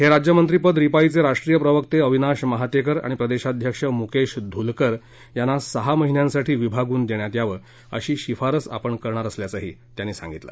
हे राज्यमंत्रीपद रिपाई चे राष्ट्रीय प्रवक्ते अविनाश महातेकर आणि प्रदेशाध्यक्ष मुकेश धुलकर यांना सहा महिन्यांसाठी विभागून देण्यात यावं अशी शिफारस आपण करणांर असल्याचही ते म्हणांले